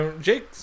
Jake